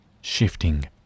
shifting